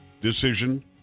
decision